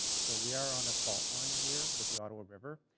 so we are on a fault line here with the ottawa river,